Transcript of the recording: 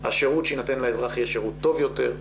השירות שיינתן לאזרח יהיה שירות טוב יותר,